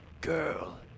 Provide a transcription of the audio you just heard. girl